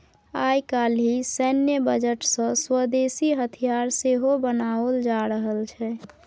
आय काल्हि सैन्य बजट सँ स्वदेशी हथियार सेहो बनाओल जा रहल छै